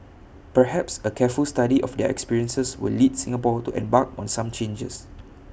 perhaps A careful study of their experiences will lead Singapore to embark on some changes